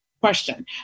question